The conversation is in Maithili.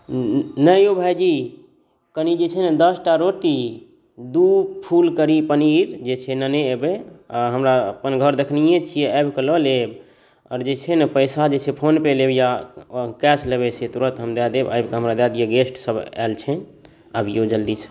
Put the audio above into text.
नहि यौ भाइजी कनी जे छै ने दसटा रोटी दू फुल कढ़ी पनीर जे छै लेने एबै आ अपन घर देखनैहे छियै से आबि कऽ लऽ लेब आओर जे छै ने पैसा जे छै फोनपे लेब या कैश लेबै से तुरन्त हम दए देब आबिके हमरा दए दिअ जे गेस्टसभ ऐल छनि अबियौ जल्दीसँ